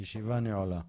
הישיבה נעולה.